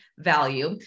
value